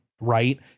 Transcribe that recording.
right